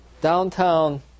downtown